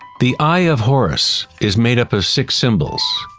the eye of horus is made up of six symbols,